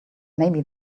maybe